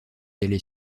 allait